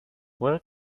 where